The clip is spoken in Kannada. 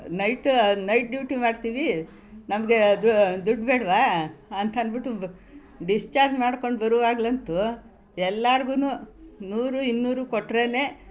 ನೈಟ್ ನೈಟ್ ಡ್ಯೂಟಿ ಮಾಡ್ತೀವಿ ನಮಗೆ ಅದು ದುಡ್ಡು ಬೇಡವಾ ಅಂತನ್ಬಿಟ್ಟು ಡಿಸ್ಚಾರ್ಜ್ ಮಾಡ್ಕೊಂಡು ಬರುವಾಗ್ಲಂತೂ ಎಲ್ಲಾರ್ಗೂ ನೂರು ಇನ್ನೂರು ಕೊಟ್ಟರೇನೆ